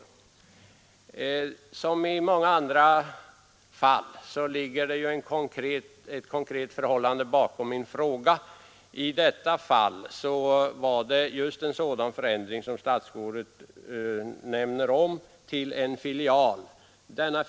Liksom när det gäller många andra spörsmål i riksdagen ligger det ett konkret fall bakom min fråga, nämligen just en förändring av det slag som statsrådet nämnde, att en postanstalt omorganiseras till att bli filial till en annan.